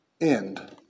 end